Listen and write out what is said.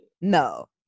No